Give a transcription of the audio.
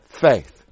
faith